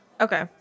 Okay